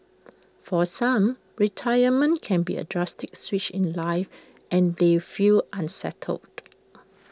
for some retirement can be A drastic switch in life and they feel unsettled